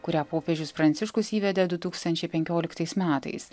kurią popiežius pranciškus įvedė du tūkstančiai penkioliktais metais